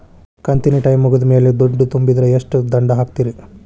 ಕಂತಿನ ಟೈಮ್ ಮುಗಿದ ಮ್ಯಾಲ್ ದುಡ್ಡು ತುಂಬಿದ್ರ, ಎಷ್ಟ ದಂಡ ಹಾಕ್ತೇರಿ?